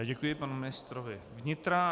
Děkuji panu ministrovi vnitra.